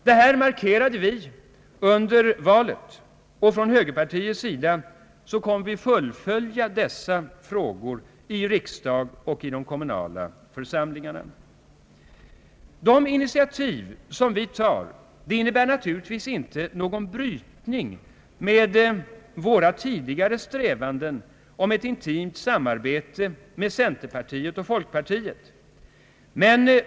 Detta markerade vi under valrörelsen, och från högerpartiets sida kommer vi att fullfölja dessa frågor i riksdag och i de kommunala församlingarna. De initiativ som vi tar innebär naturligtvis inte någon brytning med våra tidigare strävanden att åstadkomma ett intimt samarbete med centerpartiet och folkpartiet.